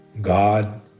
God